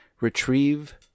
retrieve